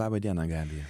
labą dieną gabija